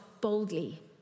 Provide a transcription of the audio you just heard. boldly